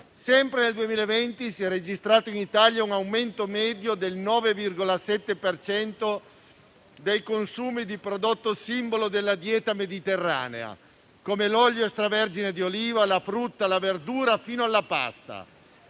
Sempre nel 2020 si è registrato in Italia un aumento medio del 9,7 per cento dei consumi di prodotto simbolo della dieta mediterranea, come l'olio extravergine di oliva, la frutta, la verdura, fino alla pasta.